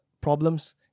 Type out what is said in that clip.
problems